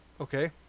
Okay